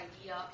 idea